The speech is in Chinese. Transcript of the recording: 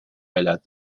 来自